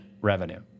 revenue